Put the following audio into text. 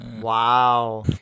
wow